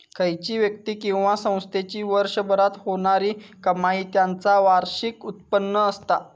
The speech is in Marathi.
खयची व्यक्ती किंवा संस्थेची वर्षभरात होणारी कमाई त्याचा वार्षिक उत्पन्न असता